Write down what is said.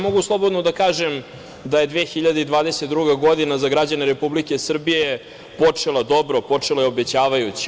Mogu slobodno da kažem da je 2022. godina za građane Republike Srbije počela dobro, počela je obećavajuće.